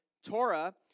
Torah